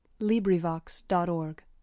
LibriVox.org